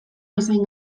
bezain